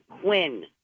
Quinn